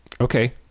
Okay